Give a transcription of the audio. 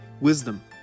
wisdom